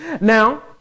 Now